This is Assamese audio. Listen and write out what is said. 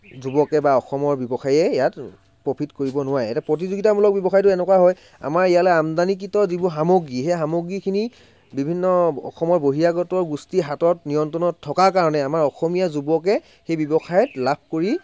যুৱকে বা অসমৰ ব্যৱসায়ীয়ে ইয়াত প্ৰ'ফিট কৰিব নোৱাৰে এতিয়া প্ৰতিযোগীতামূলক ব্যৱসায়টো এনেকুৱা হয় আমাৰ ইয়ালে আমদানিকৃত যিবোৰ সামগ্ৰী সেই সামগ্ৰীখিনি বিভিন্ন অসমৰ বহিৰাগত গোষ্ঠীৰ হাতত নিয়ন্ত্ৰণত থকাৰ কাৰণে আমাৰ অসমীয়া যুৱকে সেই ব্যৱসায়ত লাভ কৰি